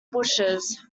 bushes